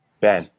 Ben